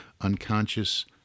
unconscious